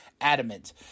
adamant